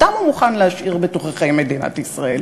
אותם הוא מוכן להשאיר בתוככי מדינת ישראל.